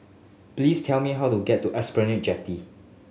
please tell me how to get to Esplanade Jetty